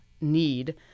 need